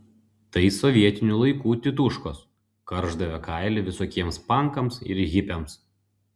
tai sovietinių laikų tituškos karšdavę kailį visokiems pankams ir hipiams